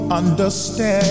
understand